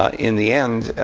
ah in the end,